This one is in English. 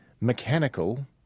mechanical